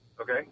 Okay